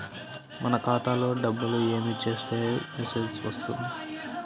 మన ఖాతాలో డబ్బులు ఏమి చేస్తే మెసేజ్ వస్తుంది?